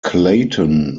clayton